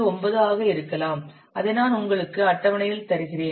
9 ஆக இருக்கலாம் அதை நான் உங்களுக்கு அட்டவணையில் தருகிறேன்